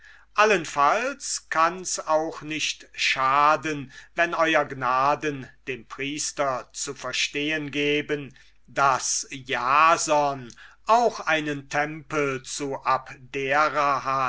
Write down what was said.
allenfalls kann's auch nicht schaden wenn ew gnaden dem priester zu verstehen geben daß jason auch einen tempel zu abdera